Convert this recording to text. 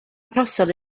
arhosodd